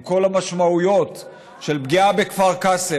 עם כל המשמעויות של פגיעה בכפר קאסם,